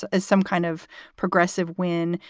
as some kind of progressive win.